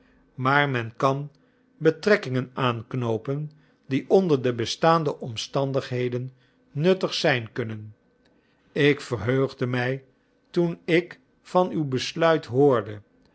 maar men kan betrekkingen aanknoopen die onder de bestaande omstandigheden nuttig zijn kunnen ik verheugde mij toen ik van uw besluit hoorde